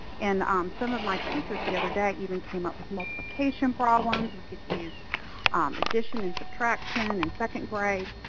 and some of my teachers the other day even came up with multiplication problems. we could use addition and subtraction in second grade.